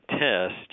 test